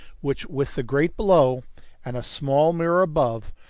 which, with the grate below and a small mirror above,